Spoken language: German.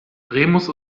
remus